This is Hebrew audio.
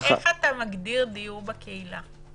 איך אתה מגדיר דיור בקהילה?